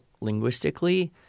linguistically